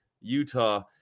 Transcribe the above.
Utah